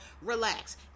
relax